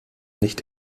nicht